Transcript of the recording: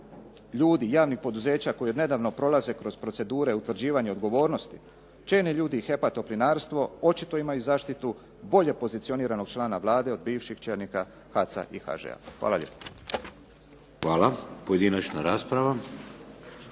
ljudi javnih poduzeća koji od nedavno prolaze kroz procedure utvrđivanja odgovornosti čelni ljudi HEP-a Toplinarstvo očito imaju zaštitu bolje pozicioniranog člana Vlade od bivših čelnika HAC-a i HŽ-a. Hvala lijepo. **Šeks, Vladimir